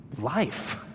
life